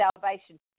salvation